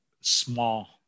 small